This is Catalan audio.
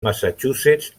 massachusetts